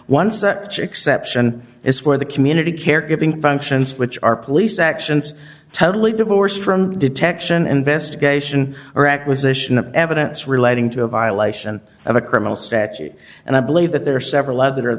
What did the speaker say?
an exception is for the community caregiving functions which are police actions totally divorced from detection investigation or acquisition of evidence relating to a violation of a criminal statute and i believe that there are several other of